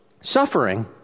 suffering